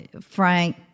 frank